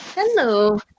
Hello